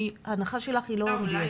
ההנחה שלך לא מדויקת.